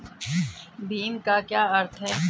भीम का क्या अर्थ है?